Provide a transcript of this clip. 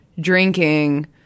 drinking